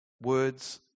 Words